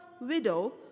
widow